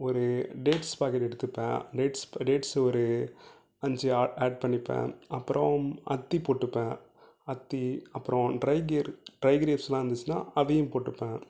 ஒரு dates packet எடுத்துப்பேன் dates dates ஒரு அஞ்சு ஆட் பண்ணிப்பேன் அப்புறம் அத்தி போட்டுப்பேன் அத்தி அப்புறம் ட்ரை கிரே ட்ரை கிரேப்ஸ்லாம் இருந்துச்சுன்னா அதையும் போட்டுப்பேன்